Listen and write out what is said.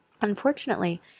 Unfortunately